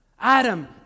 Adam